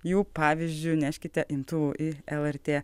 jų pavyzdžiu neškite imtuvų į lrt